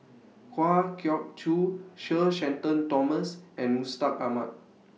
Kwa Geok Choo Sir Shenton Thomas and Mustaq Ahmad